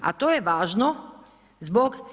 A to je važno zbog